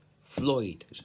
Floyd